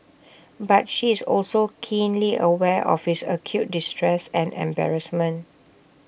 but she is also keenly aware of his acute distress and embarrassment